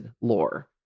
lore